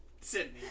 Sydney